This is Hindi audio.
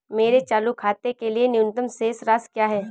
मेरे चालू खाते के लिए न्यूनतम शेष राशि क्या है?